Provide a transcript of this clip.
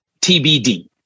TBD